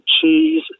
cheese